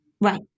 Right